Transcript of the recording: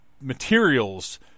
materials